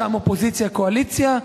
שם אופוזיציה קואליציה,